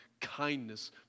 kindness